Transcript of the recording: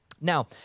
Now